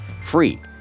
free